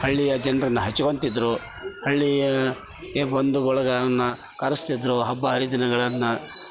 ಹಳ್ಳಿಯ ಜನ್ರನ್ನು ಹಚ್ಕೊಂತಿದ್ದರು ಹಳ್ಳಿಯ ಬಂಧು ಬಳಗವನ್ನು ಕರೆಸ್ತಿದ್ದರು ಹಬ್ಬ ಹರಿದಿನಗಳನ್ನು